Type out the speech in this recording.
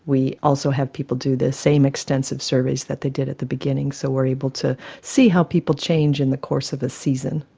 we also have people do the same extensive surveys that they did at the beginning, so we are able to see how people change in the course of a season.